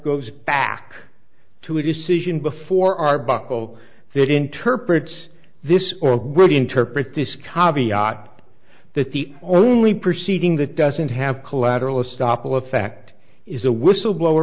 goes back to a decision before our buckle that interprets this or really interpret this cardiod that the only proceeding that doesn't have collateral estoppel effect is a whistleblower